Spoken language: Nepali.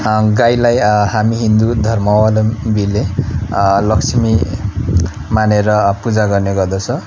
गाईलाई हामी हिन्दू धर्मवलम्बीले लक्ष्मी मानेर पूजा गर्ने गर्दछ